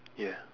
ya